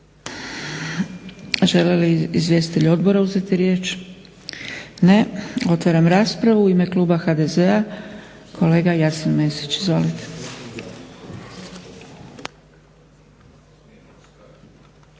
Žele li izvjestitelji odbora uzeti riječ? Ne. Otvaram raspravu. U ime kluba HDZ-a kolega Jasen Mesić. Izvolite.